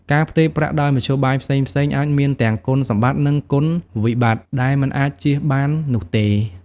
ការផ្ទេរប្រាក់ដោយមធ្យោបាយផ្សេងៗ អាចមានទាំងគុណសម្បត្តិនិងគុណវិបត្តិដែលមិនអាចចៀសបាននោះទេ។